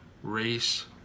race